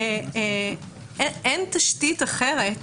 אין תשתית אחרת